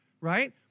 right